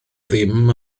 ddim